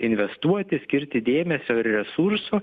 investuoti skirti dėmesio ir resursų